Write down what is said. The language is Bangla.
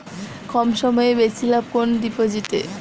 কম সময়ে বেশি লাভ কোন ডিপোজিটে?